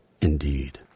Indeed